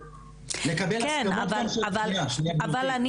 ושנית, לקבל הסכמות גם של --- שנייה, אבל אני